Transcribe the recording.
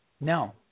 No